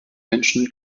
menschen